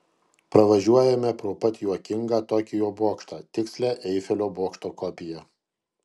pravažiuojame pro pat juokingą tokijo bokštą tikslią eifelio bokšto kopiją